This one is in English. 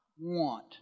want